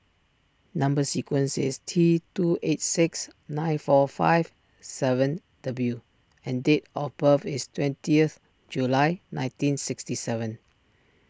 Number Sequence is T two eight six nine four five seven W and date of birth is twentieth July nineteen sixty seven